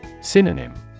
Synonym